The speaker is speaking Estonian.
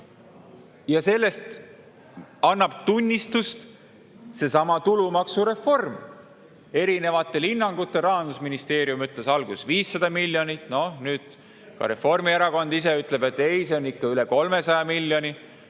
on. Sellest annab tunnistust seesama tulumaksureform. Erinevatel hinnangutel – Rahandusministeerium ütles alguses 500 miljonit, no nüüd ka Reformierakond ise ütleb, et ei, see on ikka üle 300 miljoni